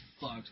fucked